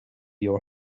your